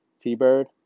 T-Bird